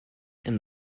and